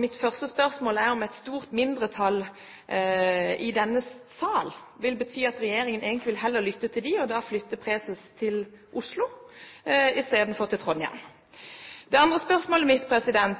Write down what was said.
Mitt første spørsmål er om det vil bety at regjeringen heller vil lytte til et stort mindretall i denne sal og flytte preses til Oslo istedenfor til Trondheim. Det andre spørsmålet mitt gjelder